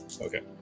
Okay